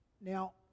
Now